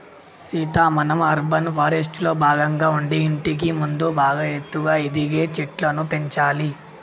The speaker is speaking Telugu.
సీత మనం అర్బన్ ఫారెస్ట్రీలో భాగంగా ఉండి ఇంటికి ముందు బాగా ఎత్తుగా ఎదిగే చెట్లను పెంచాలి